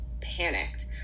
panicked